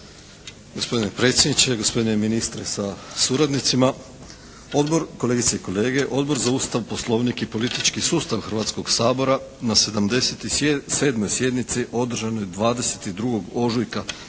Gospodine predsjedniče, gospodine ministre sa suradnicima! Odbor, kolegice i kolege, Odbor za Ustav, Poslovnik i politički sustav Hrvatskog sabora na 77. sjednici održanoj 22. ožujka 2007.